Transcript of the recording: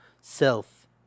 self